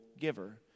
giver